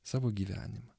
savo gyvenimą